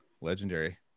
legendary